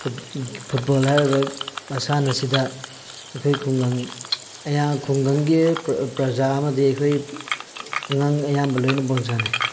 football ꯍꯥꯏꯔꯤꯕ ꯃꯁꯥꯟꯅꯁꯤꯗ ꯑꯩꯈꯣꯏ ꯈꯨꯡꯒꯪ ꯈꯨꯡꯒꯪꯒꯤ ꯄ꯭ꯔꯖꯥ ꯑꯃꯗꯤ ꯑꯩꯈꯣꯏ ꯑꯉꯥꯡ ꯑꯌꯥꯝꯕ ꯂꯣꯏꯅ ꯕꯣꯜ ꯁꯥꯟꯅꯩ